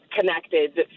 connected